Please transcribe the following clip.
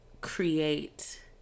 create